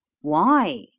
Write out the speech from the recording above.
Why